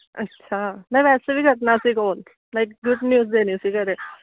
ਅੱਛਾ ਮੈਂ ਵੈਸੇ ਵੀ ਕਰਨਾ ਸੀ ਕਾਲ ਮੈਂ ਇੱਕ ਗੁੱਡ ਨਿਊਜ਼ ਦੇਣੀ ਸੀ ਘਰੇ